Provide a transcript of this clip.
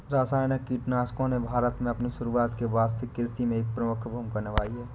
रासायनिक कीटनाशकों ने भारत में अपनी शुरूआत के बाद से कृषि में एक प्रमुख भूमिका निभाई हैं